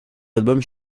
albums